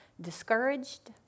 discouraged